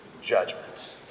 judgment